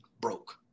broke